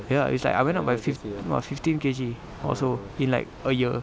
ya it's like I went up by fif~ about fifteen K_G or so in like a year